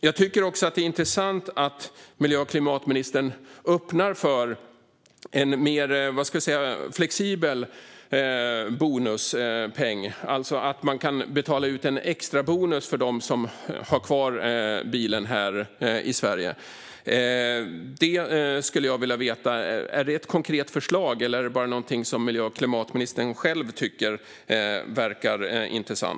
Jag tycker också att det är intressant att miljö och klimatministern öppnar för en mer flexibel bonuspeng, det vill säga att man kan betala ut en extrabonus för dem som har kvar bilen här i Sverige. Jag skulle vilja veta: Är det ett konkret förslag, eller är det bara någonting som miljö och klimatministern själv tycker verkar intressant?